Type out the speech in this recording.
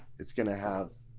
it's gonna have